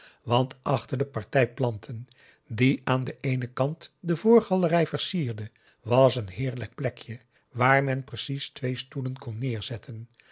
want achter de partij planten die aan den eenen kant de voorgalerij versierde was een heerlijk plekje waar men precies twee stoelen kon neerzetten